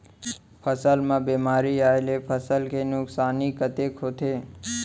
फसल म बेमारी आए ले फसल के नुकसानी कतेक होथे?